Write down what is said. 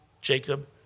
Jacob